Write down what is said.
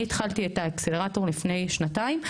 אני התחלתי את האקסלרטור לפני שנתיים,